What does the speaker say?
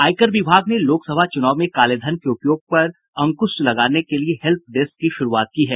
आयकर विभाग ने लोकसभा चूनाव में कालेधन के उपयोग पर अंकूश लगाने के लिये हेल्प डेस्क की शुरूआत की है